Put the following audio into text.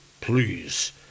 please